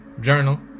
Journal